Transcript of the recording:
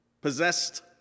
possessed